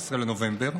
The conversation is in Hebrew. ב-15 בנובמבר,